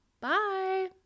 Bye